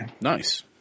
nice